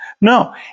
No